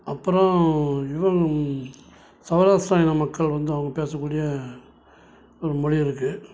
அப்பறம் இவங்க சௌரஸ்ட்ராயின மக்கள் வந்து அவங்க பேசக்கூடிய ஒரு மொழி இருக்குது